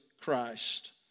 Christ